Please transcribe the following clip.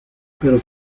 pero